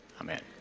Amen